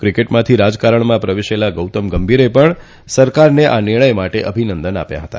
ક્રિકેટમાંથી રાજકારણમાં પ્રવેશેલા ગૌતમ ગંભીરે પણ સરકારને આ નિર્ણય માટે અભિનંદન આપ્યા હતા